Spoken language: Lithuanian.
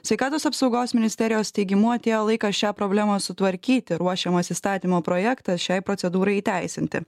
sveikatos apsaugos ministerijos teigimu atėjo laikas šią problemą sutvarkyti ruošiamas įstatymo projektas šiai procedūrai įteisinti